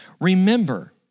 remember